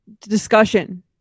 discussion